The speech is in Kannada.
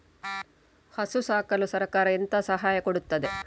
ಹಸು ಸಾಕಲು ಸರಕಾರ ಎಂತ ಸಹಾಯ ಕೊಡುತ್ತದೆ?